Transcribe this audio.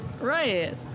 Right